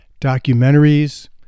documentaries